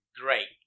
great